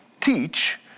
teach